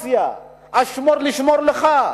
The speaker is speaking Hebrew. הפוליטיזציה, ה"שמור לי ואשמור לך",